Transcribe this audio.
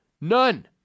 None